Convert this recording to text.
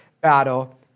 battle